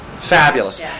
Fabulous